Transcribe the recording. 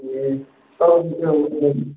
ए